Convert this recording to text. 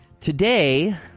Today